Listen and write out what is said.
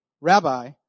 Rabbi